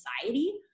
society